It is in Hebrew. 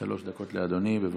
שלוש דקות לאדוני, בבקשה.